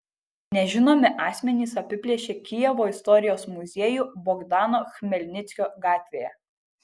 nežinomi asmenys apiplėšė kijevo istorijos muziejų bogdano chmelnickio gatvėje